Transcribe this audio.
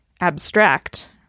abstract